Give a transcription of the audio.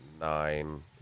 Nine